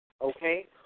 okay